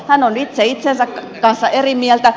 hän on itse itsensä kanssa eri mieltä